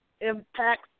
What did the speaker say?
impacts